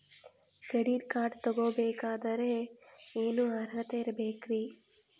Credit card ತೊಗೋ ಬೇಕಾದರೆ ಏನು ಅರ್ಹತೆ ಇರಬೇಕ್ರಿ?